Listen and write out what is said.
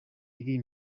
iri